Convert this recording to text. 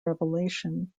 revelation